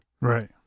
Right